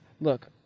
look